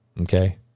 Okay